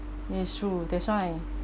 it's true that's why